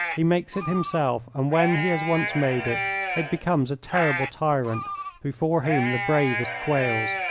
he makes it himself, and when he has once made it it becomes a terrible tyrant before whom the bravest quails.